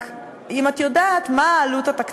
רק, אם את יודעת, מה העלות התקציבית.